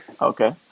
Okay